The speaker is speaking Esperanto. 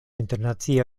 internacia